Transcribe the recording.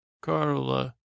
Carla